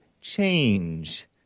change